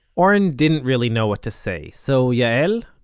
oren didn't really know what to say. so yael?